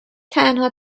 تنها